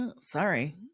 Sorry